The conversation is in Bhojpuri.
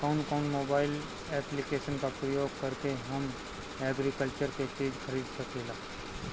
कउन कउन मोबाइल ऐप्लिकेशन का प्रयोग करके हम एग्रीकल्चर के चिज खरीद सकिला?